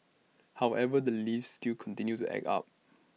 however the lifts still continue to act up